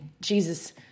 Jesus